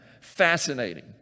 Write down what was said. Fascinating